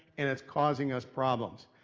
and it's causing us problems.